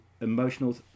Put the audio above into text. emotional